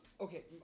Okay